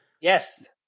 yes